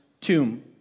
tomb